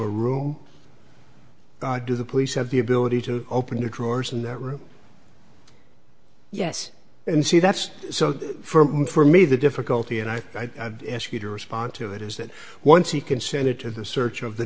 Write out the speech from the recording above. a room do the police have the ability to open the drawers in that room yes and see that's so for me for me the difficulty and i ask you to respond to it is that once he consented to the search of the